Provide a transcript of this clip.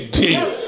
deal